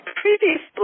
previous